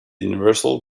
universal